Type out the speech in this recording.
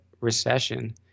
recession